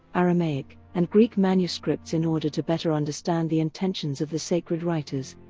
aramaic, and greek manuscripts in order to better understand the intentions of the sacred writers.